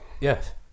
Yes